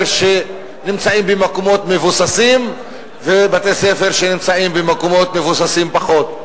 שנמצאים במקומות מבוססים ובתי-ספר שנמצאים במקומות מבוססים פחות.